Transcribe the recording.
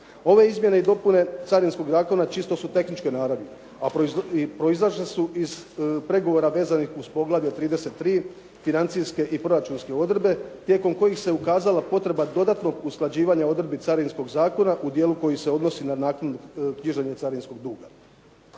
Ove Izmjene i dopune Carinskog zakona čisto su tehničke naravi i proizašle su iz pregovora vezanih uz Poglavlje 33 Financijske i proračunske odredbe tijekom kojih se ukazala potreba dodatnog usklađivanja odredbi carinskog zakona u dijelu koji se odnosi na knjiženje carinskog duga.